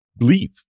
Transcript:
leave